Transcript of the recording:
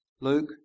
Luke